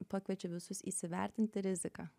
pakviečiu visus įsivertinti riziką